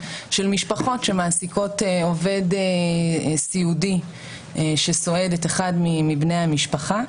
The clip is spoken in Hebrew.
של משפחות שמעסיקות עובד סיעודי שסועד את אחד מבני המשפחה,